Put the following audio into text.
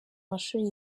mashuri